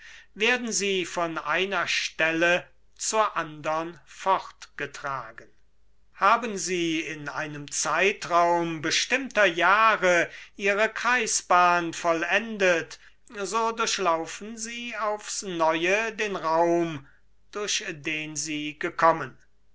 werden sie von einer stelle zur andern fortgetragen haben sie in einem zeitraum bestimmter jahre ihre kreisbahn vollendet so durchlaufen sie aufs neue den raum durch den sie gekommen